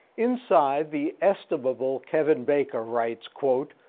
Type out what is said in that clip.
inside, the estimable kevin baker writes, quote,